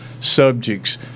subjects